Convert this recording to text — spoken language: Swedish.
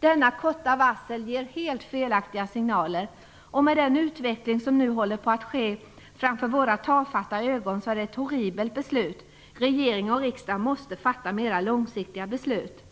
Denna korta varsel ger helt felaktiga signaler. Med tanke på den utveckling som nu håller på att ske framför våra tafatta ögon är det ett horribelt beslut. Regering och riksdag måste fatta mera långsiktiga beslut.